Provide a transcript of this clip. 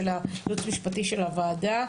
של הייעוץ המשפטי של הוועדה,